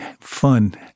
fun